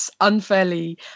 unfairly